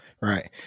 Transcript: Right